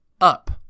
up